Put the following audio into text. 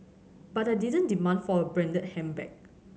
but I didn't demand for a branded handbag